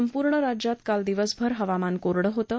संपूर्ण राज्यात काल दिवसभर हवामान कोरडं होतं